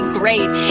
great